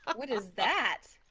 what is that?